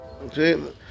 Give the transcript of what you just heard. okay